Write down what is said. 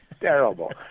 terrible